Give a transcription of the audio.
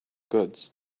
goods